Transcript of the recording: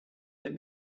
let